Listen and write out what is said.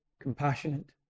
compassionate